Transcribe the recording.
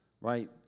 Right